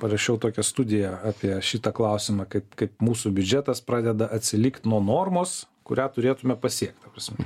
parašiau tokią studiją apie šitą klausimą kaip kaip mūsų biudžetas pradeda atsilikt nuo normos kurią turėtume pasiekt ta prasme